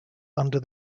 under